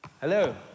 Hello